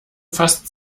fast